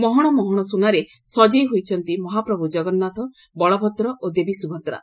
ମହଶ ମହଶ ସୁନାରେ ସଜେଇ ହୋଇଛନ୍ତି ମହାପ୍ରଭୁ ଜଗନ୍ନାଥ ବଳଭଦ୍ର ଓ ଦେବୀ ସୁଭଦ୍ରା